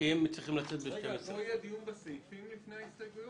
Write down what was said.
כי הם צריכים לצאת בשעה 12:00. לא יהיה דיון בסעיפים לפני ההסתייגויות?